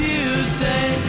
Tuesday